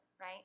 right